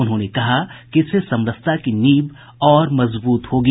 उन्होंने कहा कि इससे समरसता की नींव मजबूत होगी